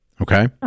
Okay